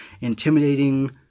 intimidating